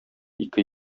ике